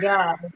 God